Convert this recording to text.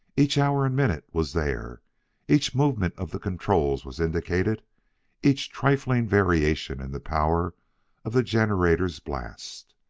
each hour and minute was there each movement of the controls was indicated each trifling variation in the power of the generator's blast.